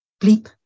Bleep